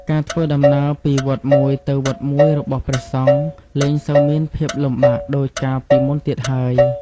ការធ្វើដំណើរពីវត្តមួយទៅវត្តមួយរបស់ព្រះសង្ឃលែងសូវមានភាពលំបាកដូចកាលពីមុនទៀតហើយ។